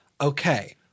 okay